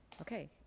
okay